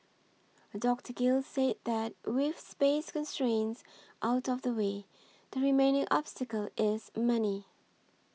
Dr Gill say that with space constraints out of the way the remaining obstacle is money